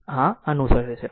આ અનુસરે છે